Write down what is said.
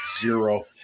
zero